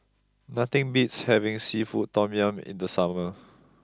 nothing beats having seafood Tom Yum in the summer